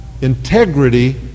Integrity